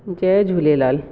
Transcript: Jay Jhulelal